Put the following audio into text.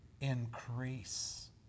increase